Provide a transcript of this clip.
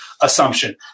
assumption